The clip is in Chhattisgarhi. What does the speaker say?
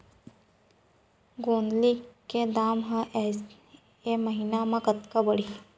गोंदली के दाम ह ऐ महीना ह कतका बढ़ही?